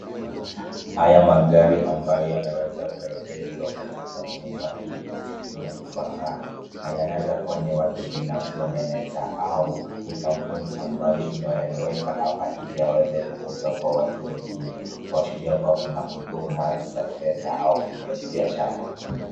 Haya magari ambayo yameweza kuegeshwa katika chumba hii ya kifahari na yanaweza kua ni watu binafsi wameleta au ni kampuni ambayo imeweka hapa ili waweze kuuza kwa watu wengine, kuashiria kua kuna huduma za fedha au kibiashara.